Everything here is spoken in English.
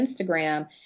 Instagram